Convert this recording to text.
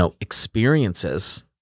experiences